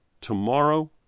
Tomorrow